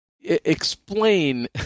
Explain